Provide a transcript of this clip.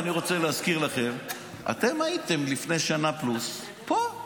אני רוצה להזכיר לכם, אתם הייתם לפני שנה פלוס פה,